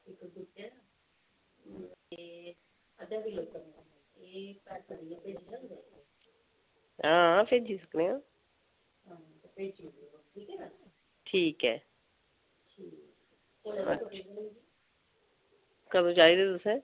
आं सद्धी सकना ठीक ऐ आं कदूं चाहिदे तुसें